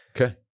Okay